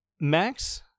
Max